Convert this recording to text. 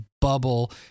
bubble